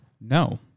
No